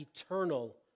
eternal